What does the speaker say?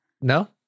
No